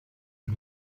and